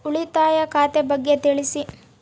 ಉಳಿತಾಯ ಖಾತೆ ಬಗ್ಗೆ ತಿಳಿಸಿ?